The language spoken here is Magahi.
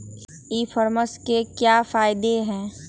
ई कॉमर्स के क्या फायदे हैं?